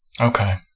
Okay